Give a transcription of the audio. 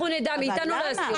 מאתנו לא יסתירו.